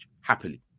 Happily